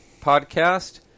podcast